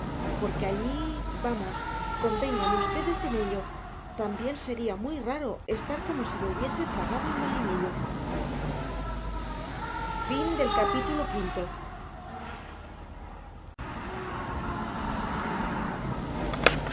porque allí vamos convengan ustedes en ello también sería muy raro estar como si me hubiese tragado el molinillo